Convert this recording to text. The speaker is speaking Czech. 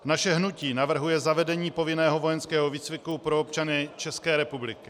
Naše hnutí navrhuje zavedení povinného vojenského výcviku pro občany České republiky.